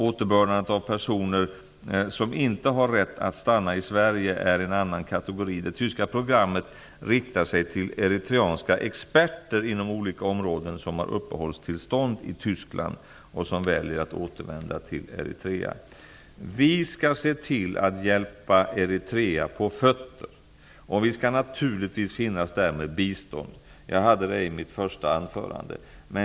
Återbördandet av personer som inte har rätt att stanna i Sverige är en annan kategori. Det tyska programmet riktar sig till eritreanska experter inom olika områden som har uppehållstillstånd i Tyskland och som väljer att återvända till Eritrea. Vi skall se till att hjälpa Eritrea på fötter. Vi skall naturligtvis finnas där med bistånd. Det sade jag i mitt första anförande.